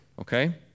okay